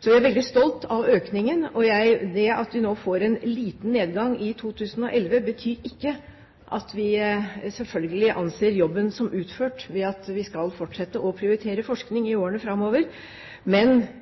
Så vi er veldig stolte av økningen, og det at vi nå får en liten nedgang i 2011, betyr selvfølgelig ikke at vi anser jobben med å prioritere forskning i årene framover som utført. Vi skal selvfølgelig satse på forskning i årene framover,